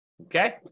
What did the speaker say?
okay